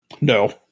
No